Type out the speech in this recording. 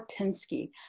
Karpinski